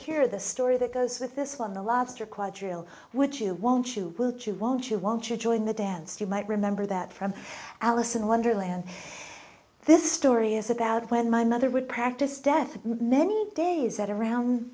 here the story that goes with this one the lobster quadrille which you won't you won't you won't you join the dance you might remember that from alice in wonderland this story is about when my mother would practice death for many days at around